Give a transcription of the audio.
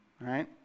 right